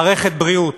מערכת בריאות